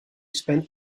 spent